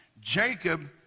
Jacob